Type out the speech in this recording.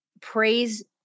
praise